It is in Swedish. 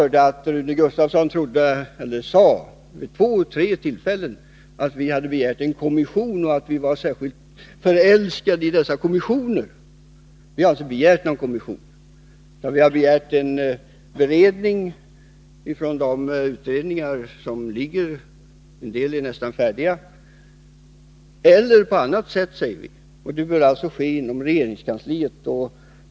Rune Gustavsson sade vid två eller tre tillfällen att vi hade begärt en kommission och att vi skulle vara särskilt förälskade i dessa kommissioner. Vi har inte begärt någon kommission. Vi har begärt en beredning av de utredningar som arbetar — en del nästan färdiga — eller ”på annat sätt”. Det bör alltså ske inom regeringskansliet.